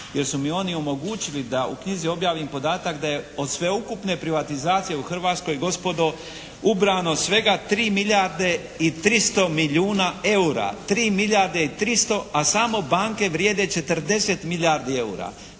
jer su mi oni omogućili da u knjizi objavim podatak da je od sveukupne privatizacije u Hrvatskoj gospodo ubrano svega 3 milijarde i 300 milijuna eura. 3 milijarde i 300, a samo banke vrijede 40 milijardi eura.